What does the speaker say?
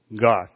God